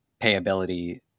payability